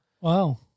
Wow